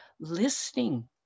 listening